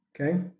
Okay